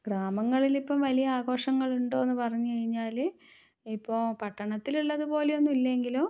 ഗ്രാമങ്ങളിലിപ്പം വലിയ ആഘോഷങ്ങൾ ഉണ്ടോയെന്ന് പറഞ്ഞ് കഴിഞ്ഞാൽ ഇപ്പോൾ പട്ടണത്തിലുള്ളത് പോലെയൊന്നും ഇല്ലെങ്കിലും